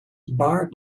barred